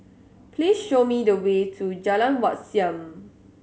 please show me the way to Jalan Wat Siam